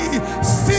see